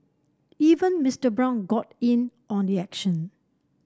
even Mister Brown got in on the action